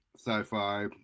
sci-fi